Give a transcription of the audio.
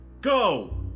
Go